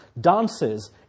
dances